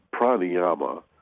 pranayama